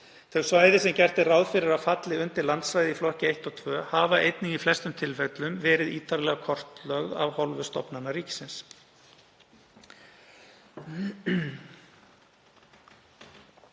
Þau svæði sem gert er ráð fyrir að falli undir landsvæði í flokki 1 og 2 hafa einnig í flestum tilfellum verið ítarlega kortlögð af hálfu stofnana ríkisins.